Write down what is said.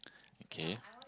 okay